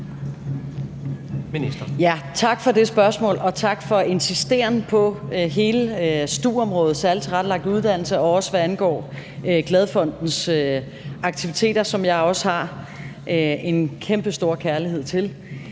Tak for det spørgsmål, og tak for en insisteren på hele stu-området – særligt tilrettelagt uddannelse – herunder hvad angår Glad Fondens aktiviteter, som jeg også har en kæmpestor kærlighed til.